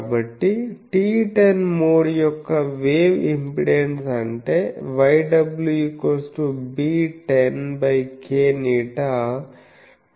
కాబట్టి TE 10 mode యొక్క wave impedance అంటే Yw β10kη